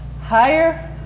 higher